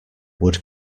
would